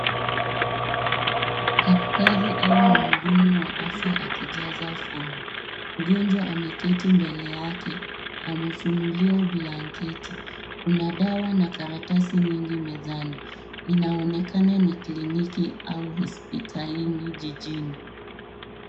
Daktari au mhudumu wa afya akijaza fomu. Mgonjwa ameketi mbele yake amefunuliwa blanketi. Kuna dawa na karatasi nyingi mezani. Inaonekana ni kliniki au hospitalini jijini.